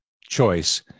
choice